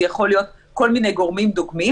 זה יכול להיות כל מיני גורמים דוגמים